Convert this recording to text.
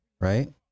Right